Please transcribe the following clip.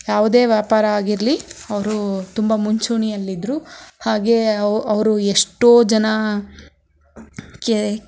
ಯಾವುದೇ ವ್ಯಾಪಾರ ಆಗಿರಲಿ ಅವರು ತುಂಬ ಮುಂಚೂಣಿಯಲ್ಲಿದ್ದರು ಹಾಗೆ ಅವರು ಎಷ್ಟೋ ಜನಕ್ಕೆ